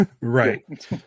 right